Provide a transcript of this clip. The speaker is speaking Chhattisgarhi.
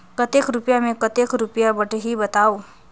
कतेक रुपिया मे कतेक रुपिया कटही बताव?